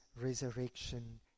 resurrection